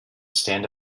stand